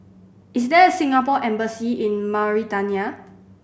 is there Singapore Embassy in Mauritania